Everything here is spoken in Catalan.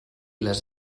les